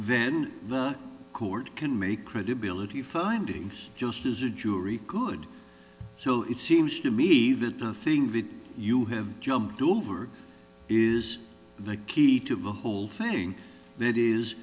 then the court can make credibility findings just as a jury good so it seems to me that the thing that you have jumped over is the key to the whole thing that is